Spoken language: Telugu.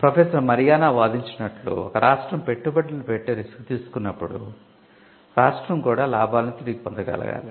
ప్రొఫెసర్ మరియానా వాదించినట్లు ఒక రాష్ట్రం పెట్టుబడులు పెట్టి రిస్క్ తీసుకున్నప్పుడు రాష్ట్రం కూడా లాభాలను తిరిగి పొందగలగాలి